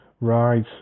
Right